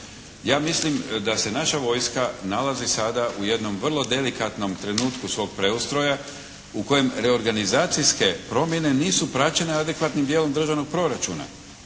Ja mislim da se naša vojska nalazi sada u jednom vrlo delikatnom trenutku svog preustroja u kojem reorganizacijske promjene nisu praćene adekvatnim dijelom državnog proračuna.